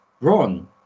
Ron